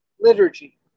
liturgy